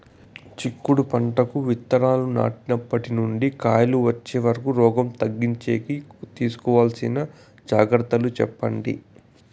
చిక్కుడు పంటకు విత్తనాలు నాటినప్పటి నుండి కాయలు వచ్చే వరకు రోగం తగ్గించేకి తీసుకోవాల్సిన జాగ్రత్తలు చెప్పండి?